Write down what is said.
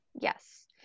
Yes